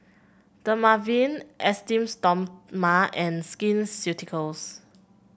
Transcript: Dermaveen Esteem Stoma and Skin Ceuticals